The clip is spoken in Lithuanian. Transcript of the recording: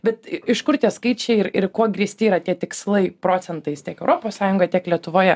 bet iš kur tie skaičiai ir ir kuo grįsti yra tie tikslai procentais tiek europos sąjungoj tiek lietuvoje